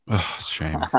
Shame